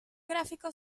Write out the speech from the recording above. gráfico